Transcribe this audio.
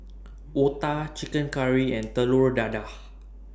Otah Chicken Curry and Telur Dadah